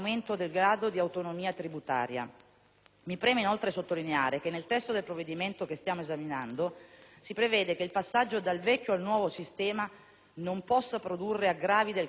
Mi preme inoltre sottolineare che, nel testo del provvedimento che stiamo esaminando, si prevede che il passaggio dal vecchio al nuovo sistema non possa produrre aggravi del carico fiscale nei confronti dei cittadini: